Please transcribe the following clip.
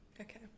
okay